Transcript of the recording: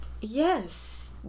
Yes